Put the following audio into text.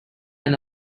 and